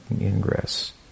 ingress